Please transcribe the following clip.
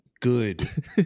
good